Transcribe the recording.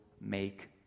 make